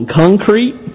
concrete